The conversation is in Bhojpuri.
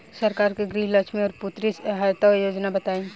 सरकार के गृहलक्ष्मी और पुत्री यहायता योजना बताईं?